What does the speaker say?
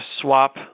swap